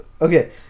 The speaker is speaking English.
Okay